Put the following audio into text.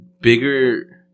bigger